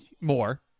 more